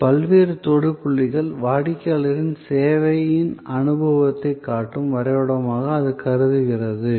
இது பல்வேறு தொடு புள்ளிகளில் வாடிக்கையாளரின் சேவையின் அனுபவத்தைக் காட்டும் வரைபடமாக அது கருதுகிறது